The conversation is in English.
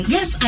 Yes